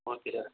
okay sir